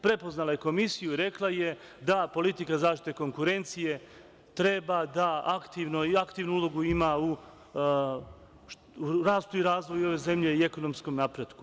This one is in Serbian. Prepoznala je komisiju, rekla je da politika zaštite konkurencije treba da aktivno i aktivnu ulogu ima u rastu i razvoju ove zemlje i ekonomskom napretku.